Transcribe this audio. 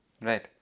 Right